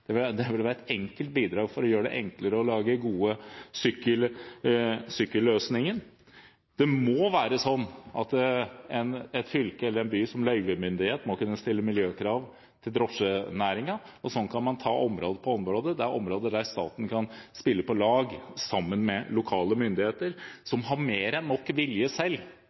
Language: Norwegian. Det ville være et enkelt bidrag for å gjøre det enklere å lage gode sykkelløsninger. Det må være sånn at et fylke eller en by som løyvemyndighet må kunne stille miljøkrav til drosjenæringen. Sånn kan man ta område for område. Det er områder der staten kan spille på lag med lokale myndigheter som har mer enn nok vilje selv.